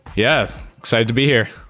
yeah, excited to be here.